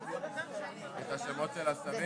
המון המון